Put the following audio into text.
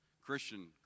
Christian